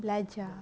belajar